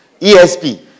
ESP